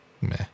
Meh